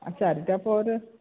ଆଉ ଚାରିଟା ପରେ